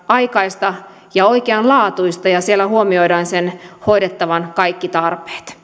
aikaista ja oikeanlaatuista ja siellä huomioidaan sen hoidettavan kaikki tarpeet